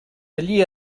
allí